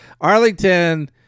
Arlington